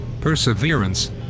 perseverance